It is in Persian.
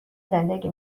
زندگی